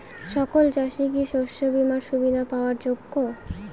সকল চাষি কি শস্য বিমার সুবিধা পাওয়ার যোগ্য?